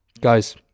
guys